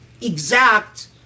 exact